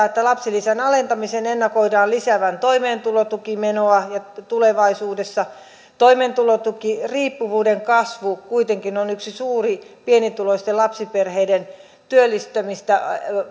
että lapsilisän alentamisen ennakoidaan lisäävän toimeentulotukimenoja tulevaisuudessa toimeentulotukiriippuvuuden kasvu kuitenkin on yksi suuri pienituloisten lapsiperheiden työllistymistä